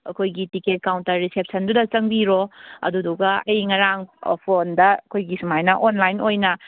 ꯑꯩꯈꯣꯏꯒꯤ ticket counter ꯔꯤꯁꯦꯞꯁꯟꯗꯨꯗ ꯆꯪꯕꯤꯔꯣ ꯑꯗꯨꯗꯨꯒ ꯑꯩ ꯉꯔꯥꯡ ꯐꯣꯟꯗ ꯑꯩꯈꯣꯏꯒꯤ ꯁꯨꯃꯥꯏꯅ ꯑꯣꯟꯂꯥꯏꯟ ꯑꯣꯏꯅ